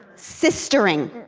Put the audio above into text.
sistering.